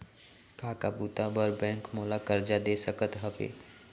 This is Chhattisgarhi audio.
का का बुता बर बैंक मोला करजा दे सकत हवे?